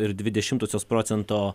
ir dvi dešimtosios procento